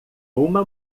uma